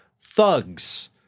thugs